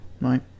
right